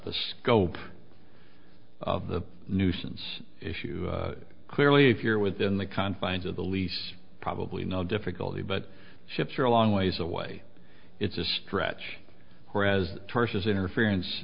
the scope of the nuisance issue clearly if you're within the confines of the lease probably no difficulty but ships are a long ways away it's a stretch whereas tortious interference